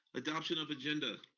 adoption of agenda.